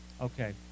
Okay